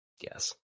Yes